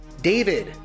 David